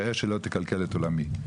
ראה שלא תקלקל את עולמי',